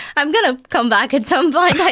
i'm going to come back at some point i